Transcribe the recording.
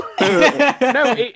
No